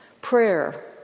Prayer